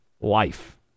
life